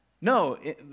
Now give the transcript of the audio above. no